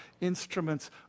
instruments